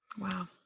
Wow